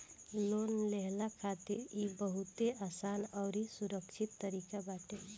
loan लेहला खातिर इ बहुते आसान अउरी सुरक्षित तरीका बाटे